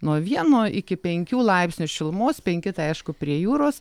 nuo vieno iki penkių laipsnių šilumos penki tai aišku prie jūros